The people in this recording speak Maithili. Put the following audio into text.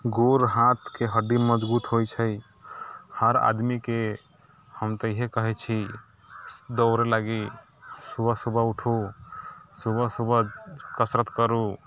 गोर हाथके हड्डी मजबूत होइत छै हर आदमीके हम तऽ इएह कहैत छी दौड़य लागी सुबह सुबह उठू सुबह सुबह कसरत करू